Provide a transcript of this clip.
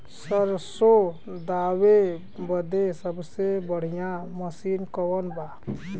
सरसों दावे बदे सबसे बढ़ियां मसिन कवन बा?